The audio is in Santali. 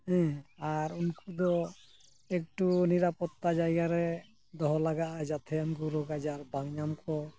ᱦᱮᱸ ᱟᱨ ᱩᱱᱠᱩ ᱫᱚ ᱮᱠᱴᱩ ᱱᱤᱨᱟᱯᱚᱛᱛᱟ ᱡᱟᱭᱜᱟ ᱨᱮ ᱫᱚᱦᱚ ᱞᱟᱜᱟᱜᱼᱟ ᱡᱟᱛᱮ ᱩᱱᱠᱩ ᱨᱳᱜᱽ ᱟᱡᱟᱨ ᱵᱟᱝ ᱧᱟᱢ ᱠᱚ